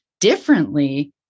Differently